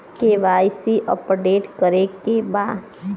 KYC update करे के बा?